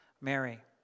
Mary